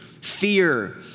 fear